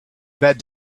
that